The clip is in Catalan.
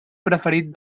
preferit